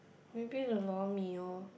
maybe the lor mee orh